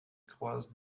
croise